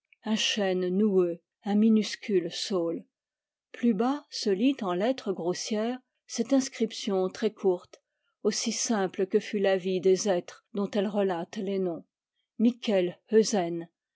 un chêne noueux un minuscule saule plus bas se lit en lettres grossières cette inscription très courte aussi simple que fut la vie des êtres dont elle relate les noms mikel euzenn